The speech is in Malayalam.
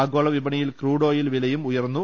ആഗോള വിപണിയിൽ ക്രൂഡ് ഓയിൽ വിലയും ഉയർന്നു